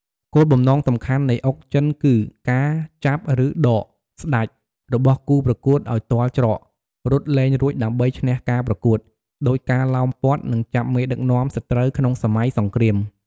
គោលបំណងសំខាន់នៃអុកចិនគឺការ «ចាប់» ឬ «ដក» «ស្តេច» របស់គូប្រកួតឱ្យទាល់ច្រក រត់លែងរួចដើម្បីឈ្នះការប្រកួត ដូចការឡោមព័ទ្ធ និងចាប់មេដឹកនាំសត្រូវក្នុងសម័យសង្គ្រាម។